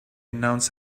announced